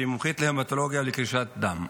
שהיא מומחית להמטולוגיה וקרישת דם.